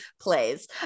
plays